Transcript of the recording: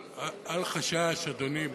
אל חשש, אדוני.